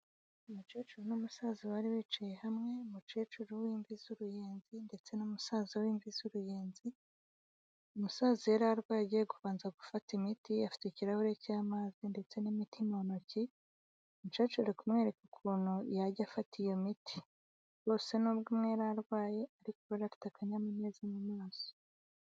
Umukecuru n'umusaza bari bicaye hamwe, umukecuru w'imvi z'uruyenzi ndetse n'umusaza w'imvi z'uruyenzi. Umusaza yari arwaye agiye kubanza gufata imiti afite ikirahure cy'amazi ndetse n'imiti mu ntoki, umukecuru ari kumwereka ukuntu yajya afata iyo miti, bose n'ubwo umwe yari arwaye ariko afite akanyamuneza mu maso.